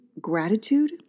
gratitude